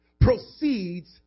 proceeds